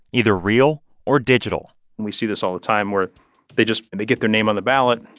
either real or digital and we see this all the time where they just, they get their name on the ballot,